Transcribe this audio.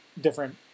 different